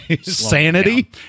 sanity